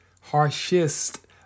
harshest